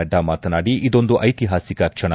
ನಡ್ಡ ಮಾತನಾಡಿ ಇದೊಂದು ಐತಿಹಾಸಿಕ ಕ್ಷಣ